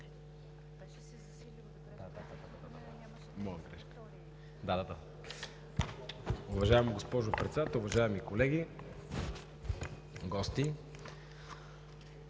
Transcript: Уважаема госпожо Председател, уважаеми колеги, гости!